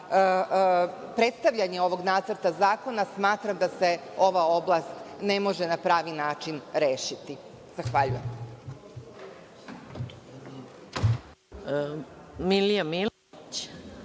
za predstavljanje ovog nacrta zakona, smatram da se ova oblast ne može na pravi način rešiti. Zahvaljujem.